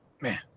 Man